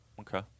Okay